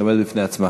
שעומדת בפני עצמה.